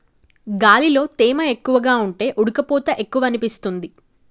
గాలిలో తేమ ఎక్కువగా ఉంటే ఉడుకపోత ఎక్కువనిపిస్తుంది